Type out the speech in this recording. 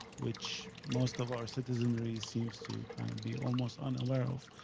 which most of our citizenry seems to kind of be almost unaware of.